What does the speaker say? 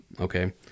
Okay